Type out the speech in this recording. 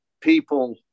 people